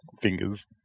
fingers